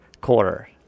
quarter